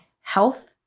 health